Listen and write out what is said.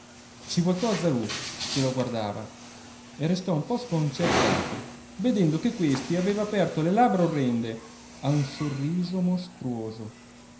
che lo guardava e restò un po sconcertato vedendo che questi aveva aperto le labbra orrende a un sorriso mostruoso